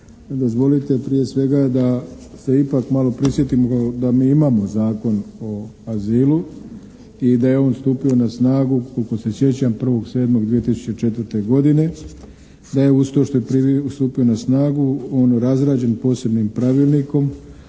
Dozvolite prije svega da se ipak malo prisjetimo da mi imamo Zakon o azilu i da je on stupio na snagu koliko se sjećam 1.7.2004. godine. Da je uz to što je stupio na snagu on razrađen posebnim pravilnikom